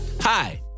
Hi